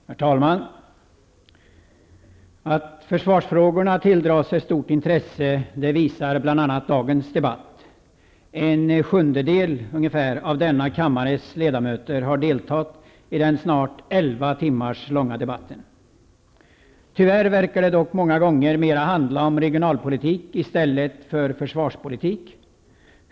Herr talman! Att försvarsfrågorna tilldrar sig stort intresse visar bl.a. dagens debatt. Ungefär en sjundedel av denna kammares ledamöter har deltagit i denna snart elva timmar långa debatt. Tyvärr verkar det dock många gånger mera handla om regionalpolitik än om försvarspolitik.